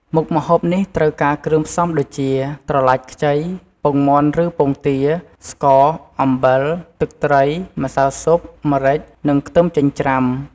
មុខម្ហូបនេះត្រូវការគ្រឿងផ្សំដូចជា ត្រឡាចខ្ចី ពងមាន់ឬពងទា ស្ករ អំបិល ទឹកត្រី ម្សៅស៊ុប ម្រេច និងខ្ទឹមចិញ្រ្ចាំ។